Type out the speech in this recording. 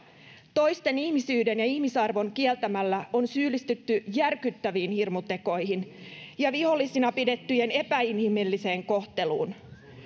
toisten ihmisyyden ja ihmisarvon kieltämällä on syyllistytty järkyttäviin hirmutekoihin ja vihollisina pidettyjen epäinhimilliseen kohteluun